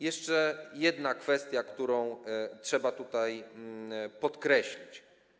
Jeszcze jedna kwestia, którą trzeba tutaj podkreślić.